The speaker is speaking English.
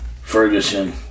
Ferguson